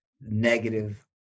negative